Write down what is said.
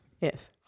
Yes